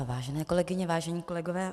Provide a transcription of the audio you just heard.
Vážené kolegyně, vážení kolegové.